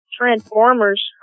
Transformers